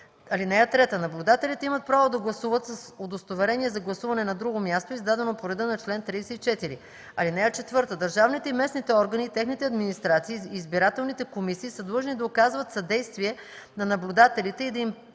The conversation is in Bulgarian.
секция. (3) Наблюдателите имат право да гласуват с удостоверение за гласуване на друго място, издадено по реда на чл. 34. (4) Държавните и местните органи и техните администрации и избирателните комисии са длъжни да оказват съдействие на наблюдателите и да им